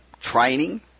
training